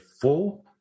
four